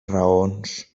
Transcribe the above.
raons